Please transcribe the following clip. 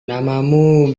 namamu